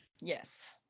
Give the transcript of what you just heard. Yes